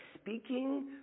speaking